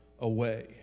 away